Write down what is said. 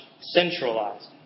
centralized